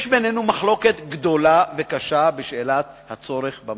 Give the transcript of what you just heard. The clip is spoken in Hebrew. יש בינינו מחלוקת גדולה וקשה בשאלת הצורך במאגר.